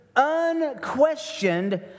Unquestioned